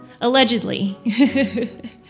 Allegedly